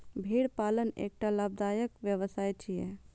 भेड़ पालन एकटा लाभदायक व्यवसाय छियै